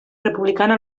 republicana